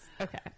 Okay